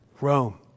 Rome